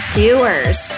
doers